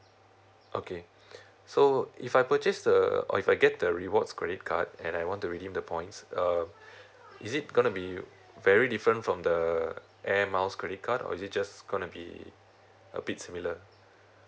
okay so if I purchase the or if I get the rewards credit card and I want to redeem the points um is it gonna be very different from the airmiles credit card or is it just gonna be a bit similar